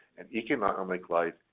an economic life,